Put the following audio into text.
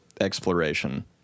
exploration